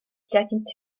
seconds